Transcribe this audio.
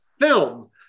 film